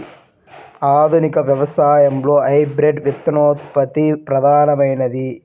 ఆధునిక వ్యవసాయంలో హైబ్రిడ్ విత్తనోత్పత్తి ప్రధానమైనది